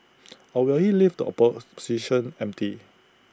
or will he leave the opposition empty